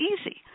easy